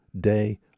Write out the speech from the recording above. day